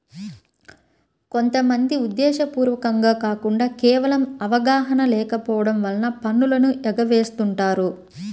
కొంత మంది ఉద్దేశ్యపూర్వకంగా కాకుండా కేవలం అవగాహన లేకపోవడం వలన పన్నులను ఎగవేస్తుంటారు